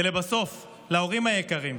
לבסוף, להורים היקרים,